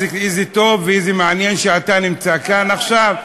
איזה טוב ואיזה מעניין שאתה נמצא כאן עכשיו,